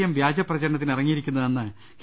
M വ്യാജ പ്രചരണ ത്തിന് ഇറങ്ങിയിരിക്കുന്നതെന്ന് കെ